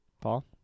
Paul